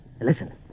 Listen